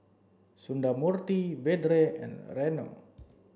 Sundramoorthy Vedre and Renu